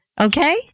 Okay